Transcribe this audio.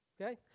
Okay